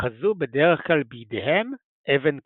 אחזו בדרך כלל בידיהם אבן כבדה.